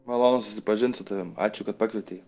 malonu susipažint su tavim ačiū kad pakvietei